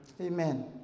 Amen